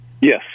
Yes